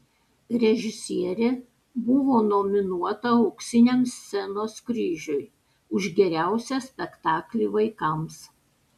režisierė buvo nominuota auksiniam scenos kryžiui už geriausią spektaklį vaikams